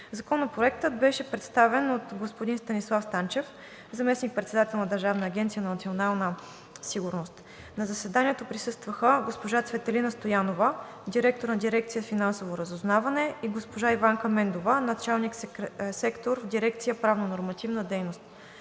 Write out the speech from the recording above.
Законопроектът беше представен от господин Станислав Станчев – заместник-председател на Държавна агенция „Национална сигурност“. На заседанието присъстваха: госпожа Цветелина Стоянова – директор на дирекция „Финансово разузнаване“, и госпожа Иванка Мендова – началник сектор в дирекция „Правно-нормативна дейност“.